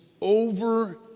over